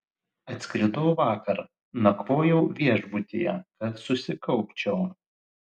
atskridau vakar nakvojau viešbutyje kad susikaupčiau